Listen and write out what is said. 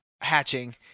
hatching